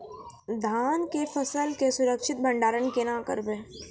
धान के फसल के सुरक्षित भंडारण केना करबै?